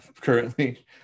Currently